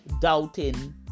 doubting